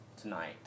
tonight